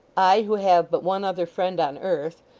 i who have but one other friend on earth,